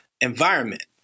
environment